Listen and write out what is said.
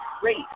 Great